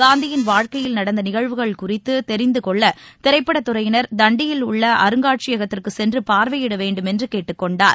காந்தியின் வாழ்க்கையில் நடந்த நிகழ்வுகள் குறித்து தெரிந்து கொள்ள திரைப்படத் துறையினர் தண்டியில் உள்ள அருங்காட்சியகத்திற்கு சென்று பார்வையிட வேண்டுமென்று அவர் கேட்டுக் கொண்டார்